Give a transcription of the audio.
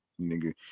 nigga